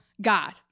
God